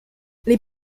les